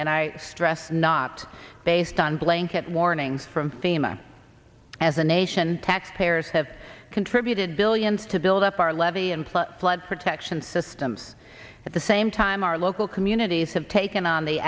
and i stress not based on blanket warnings from fema as a nation taxpayers have contributed billions to build up our levee and flood protection system at the same time our local communities have taken on the